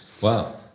wow